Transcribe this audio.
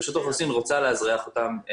רשות האוכלוסין רוצה לאזרח אותם.